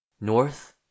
North